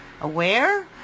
aware